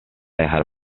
dejar